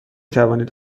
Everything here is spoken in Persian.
توانید